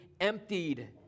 emptied